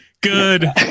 Good